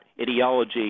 ideology